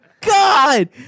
god